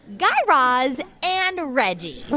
guy raz and reggie